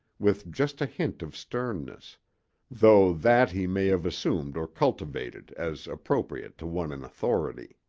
with just a hint of sternness though that he may have assumed or cultivated, as appropriate to one in authority.